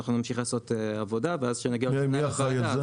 אנחנו נמשיך לעשות עבודה ואז כשנגיע --- מי אחראי לזה,